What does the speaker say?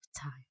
time